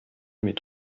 mit